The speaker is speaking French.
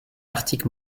article